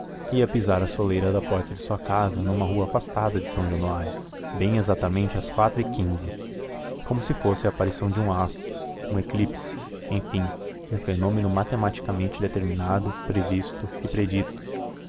minuto ia pisar a soleira da porta de sua casa numa rua afastada de são januário bem exatamente às quatro e quinze como se fosse a aparição de um astro um eclipse enfim um fenômeno matematicamente determinado previsto e predito